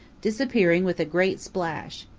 disappearing with a great splash.